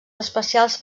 especials